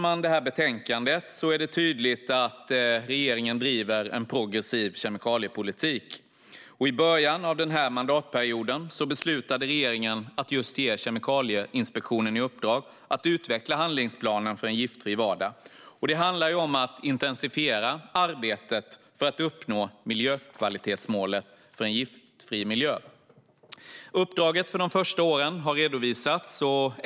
I detta betänkande är det tydligt att regeringen driver en progressiv kemikaliepolitik, och i början av denna mandatperiod beslutade regeringen att ge Kemikalieinspektionen i uppdrag att utveckla handlingsplanen för en giftfri vardag. Det handlar om att intensifiera arbetet för att uppnå miljökvalitetsmålet Giftfri miljö. Uppdraget för de första åren har redovisats.